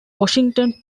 washington